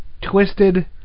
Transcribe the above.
twisted